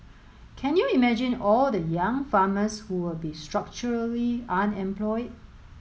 can you imagine all the young farmers who will be structurally unemployed